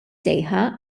sejħa